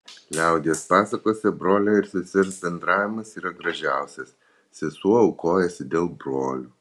liaudies pasakose brolio ir sesers bendravimas yra gražiausias sesuo aukojasi dėl brolių